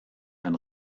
ein